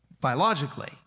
biologically